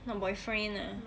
not boyfriend ah